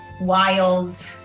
wild